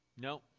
No